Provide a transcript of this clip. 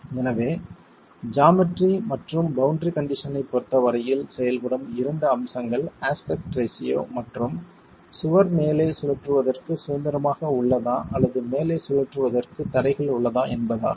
எனவே ஜாமெட்ரி மற்றும் boundary condition ஐப் பொறுத்தவரையில் செயல்படும் இரண்டு அம்சங்கள் அஸ்பெக்ட் ரேஷியோ மற்றும் சுவர் மேலே சுழற்றுவதற்கு சுதந்திரமாக உள்ளதா அல்லது மேலே சுழற்றுவதற்கு தடைகள் உள்ளதா என்பதாகும்